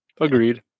Agreed